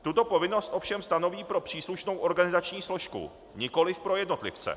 Tuto povinnost ovšem stanoví pro příslušnou organizační složku, nikoli pro jednotlivce.